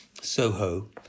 Soho